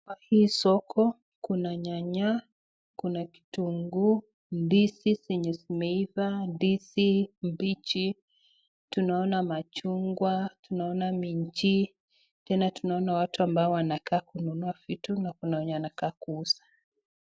Kwa hii soko kuna nyanya, kuna kitunguu, ndizi zenye zimeivaa, ndizi mbichi, tunaona machungwa, tunaona minji, tena tunaona watu ambao wanakaa kununua vitu na kuna mwenye anakaa kuuza.